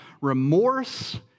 remorse